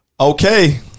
Okay